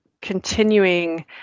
continuing